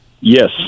Yes